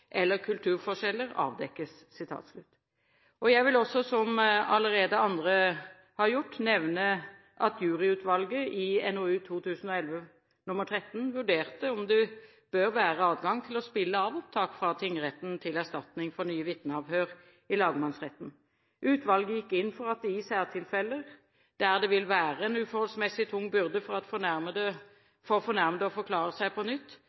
eller kulturforskjeller avdekkes.» Jeg vil også – som også andre allerede har gjort – nevne at juryutvalget i NOU 2011:13 vurderte om det bør være adgang til å spille av opptak fra tingretten til erstatning for nye vitneavhør i lagmannsretten. Utvalget gikk inn for at det i særtilfeller, der det vil være en uforholdsmessig tung byrde for fornærmede å forklare seg på nytt,